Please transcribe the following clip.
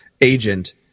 agent